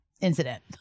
incident